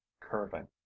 curving